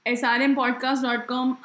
srmpodcast.com